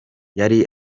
yari